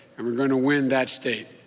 and we're going to win that state.